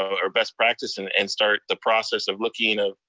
or best practice and and start the process of looking, ah